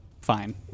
fine